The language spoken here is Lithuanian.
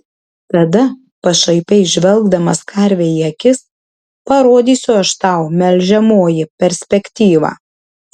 tada pašaipiai žvelgdamas karvei į akis parodysiu aš tau melžiamoji perspektyvą